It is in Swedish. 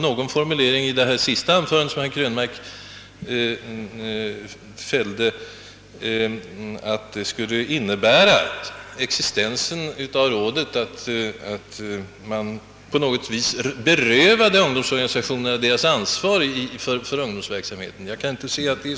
Någon formulering i herr Krönmarks senaste anförande tydde på att han ansåg detta.